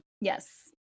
Yes